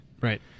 Right